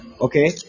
Okay